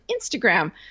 Instagram